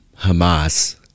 Hamas